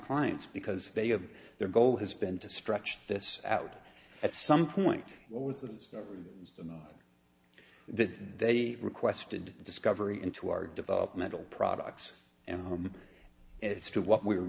clients because they have their goal has been to stretch this out at some point what was that was that they requested discovery into our developmental products and it's true what we were